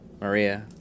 Maria